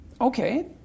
Okay